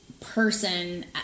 person